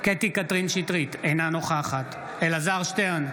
אינה נוכחת אלעזר שטרן,